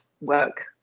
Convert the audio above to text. work